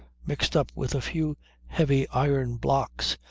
mixed up with a few heavy iron blocks,